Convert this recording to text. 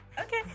Okay